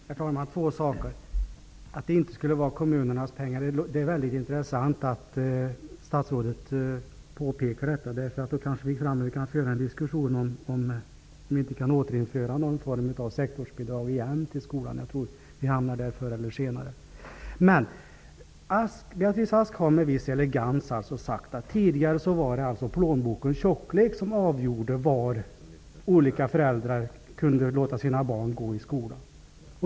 Herr talman! Det är väldigt intressant att statsrådet påpekar att det inte skulle vara kommunernas pengar. Då kanske vi framöver kan föra en diskussion om ifall vi inte kan återinföra någon form av sektorsbidrag till skolan. Jag tror att vi förr eller senare hamnar där. Beatrice Ask har med viss elegans sagt att det tidigare var plånbokens tjocklek som avgjorde var olika föräldrar kunde låta sina barn gå i skola.